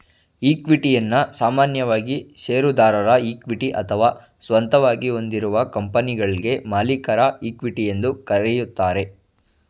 ಇಕ್ವಿಟಿಯನ್ನ ಸಾಮಾನ್ಯವಾಗಿ ಶೇರುದಾರರ ಇಕ್ವಿಟಿ ಅಥವಾ ಸ್ವಂತವಾಗಿ ಹೊಂದಿರುವ ಕಂಪನಿಗಳ್ಗೆ ಮಾಲೀಕರ ಇಕ್ವಿಟಿ ಎಂದು ಕರೆಯುತ್ತಾರೆ